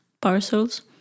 parcels